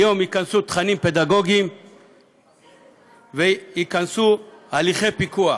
היום ייכנסו תכנים פדגוגיים וייכנסו הליכי פיקוח.